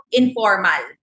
informal